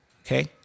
okay